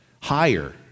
higher